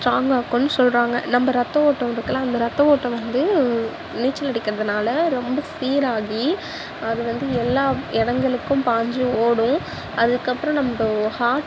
strong ஆக்கும்னு சொல்கிறாங்க நம்ம ரத்த ஓட்டம் இருக்குதுல்ல அந்த ரத்த ஓட்டம் வந்து நீச்சல் அடிக்கிறதுனால ரொம்ப சீராகி அது வந்து எல்லாம் இடங்களுக்கும் பாய்ஞ்சு ஓடும் அதுக்கப்புறோம் நம்ப ஹார்ட்